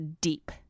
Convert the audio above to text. deep